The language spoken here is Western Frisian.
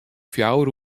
fjouwer